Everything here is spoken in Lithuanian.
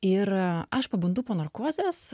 ir a aš pabundu po narkozės